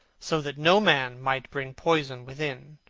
so that no man might bring poison within.